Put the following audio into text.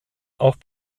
auch